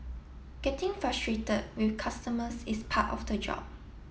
getting frustrated with customers is part of the job